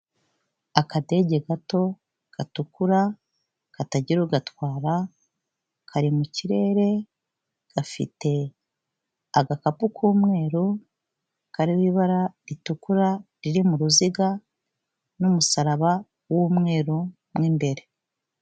Akadege gato gatukura, katagira ugatwara, kari mu kirere, gafite agakapu k'umweru kaririho ibara ritukura riri mu ruziga n'umusaraba w'umweru mo imbere.